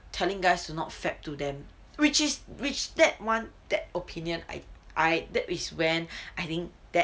telling guys to not fap to them which is reached that one that opinion I I that is when I think that